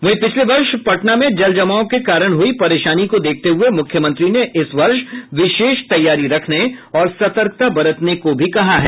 वहीं पिछले वर्ष पटना में जलजमाव के कारण हुई परेशानी को देखते हुये मुख्यमंत्री ने इस वर्ष विशेष तैयारी रखने और सतर्कता बरतने को भी कहा है